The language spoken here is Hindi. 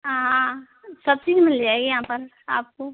हाँ सब चीज़ मिल जाएगी यहाँ पर आपको